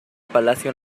palacio